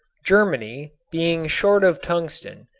germany, being short of tungsten,